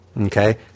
Okay